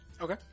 Okay